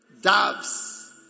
Doves